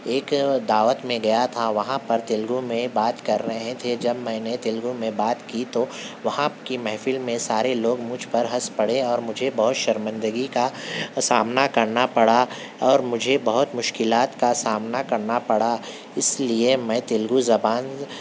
ایک دعوت میں گیا تھا وہاں پر تیلگو میں بات کر رہے تھے جب میں نے تیلگو میں بات کی تو وہاں کی محفل میں سارے لوگ مجھ پر ہنس پڑے اور مجھے بہت شرمندگی کا سامنا کرنا پڑا اور مجھے بہت مشکلات کا سامنا کرنا پڑا اس لئے میں تیلگو زبان